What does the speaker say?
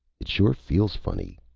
it sure feels funny.